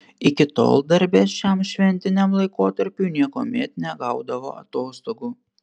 iki tol darbe šiam šventiniam laikotarpiui niekuomet negaudavo atostogų